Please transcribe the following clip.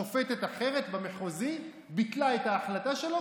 ושופטת אחרת במחוזי ביטלה את ההחלטה שלו,